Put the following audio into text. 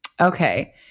Okay